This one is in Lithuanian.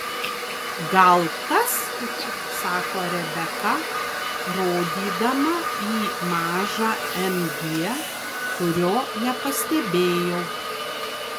gal tas sako rebeka rodydama į mažą mg kurio nepastebėjau